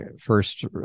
first